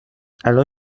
الان